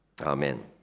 Amen